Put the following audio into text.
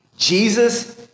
Jesus